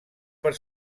per